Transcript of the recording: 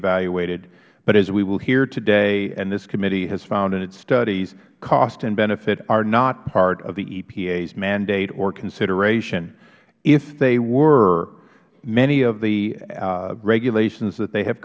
evaluated but as we will hear today and this committee has found in its studies cost and benefit are not part of the epa's mandate or consideration if they were many of the regulations that they have